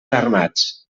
armats